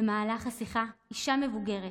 במהלך השיחה, אישה מבוגרת